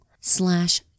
slash